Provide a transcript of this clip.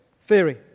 theory